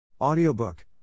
Audiobook